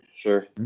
sure